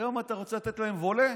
היום אתה רוצה לתת להם וולה?